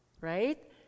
right